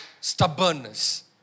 stubbornness